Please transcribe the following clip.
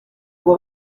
ngo